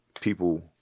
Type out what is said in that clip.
people